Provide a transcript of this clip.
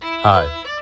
Hi